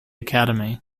academy